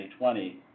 2020